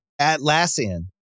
Atlassian